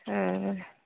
हूँ